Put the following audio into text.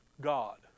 God